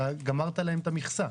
ואז גמרת להם את המכסה.